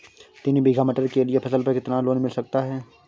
तीन बीघा मटर के लिए फसल पर कितना लोन मिल सकता है?